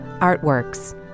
Artworks